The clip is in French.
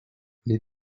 les